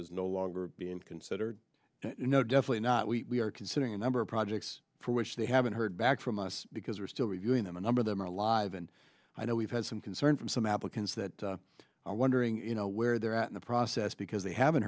is no longer being considered you know definitely not we are considering a number of projects for which they haven't heard back from us because we're still reviewing them a number of them are alive and i know we've had some concern from some applicants that are wondering you know where they're at in the process because they haven't